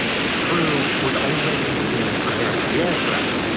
its crew would already begin preparing the aircraft.